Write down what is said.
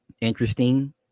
interesting